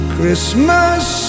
Christmas